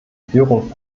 führung